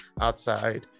outside